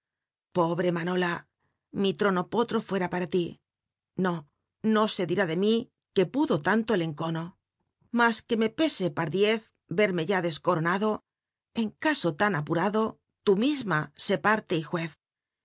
pobre anota mi trono potro fuera para li ó no e dirá rle mi que pudo tanto el nconn msr ue me pr e j pardiez verme ya descoronado en caso tan apurado tú misma sé parle y juez